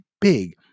big